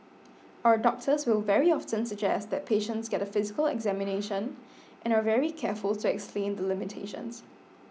our doctors will very often suggest that patients get a physical examination and are very careful to explain the limitations